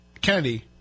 Kennedy